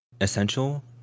essential